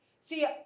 see